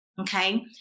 Okay